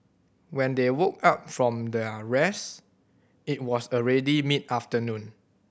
when they woke up from their rest it was already mid afternoon